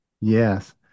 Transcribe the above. Yes